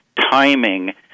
timing